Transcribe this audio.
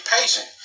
patient